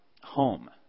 home